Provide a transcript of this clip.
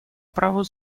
праву